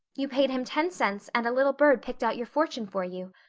you paid him ten cents and a little bird picked out your fortune for you.